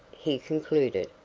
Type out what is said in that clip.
he concluded,